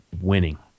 winning